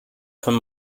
von